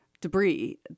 debris